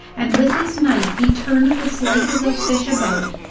and with his knife he turned the slices of fish about,